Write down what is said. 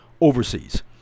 overseas